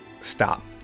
stop